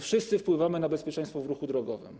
Wszyscy wpływamy na bezpieczeństwo w ruchu drogowym.